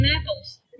apples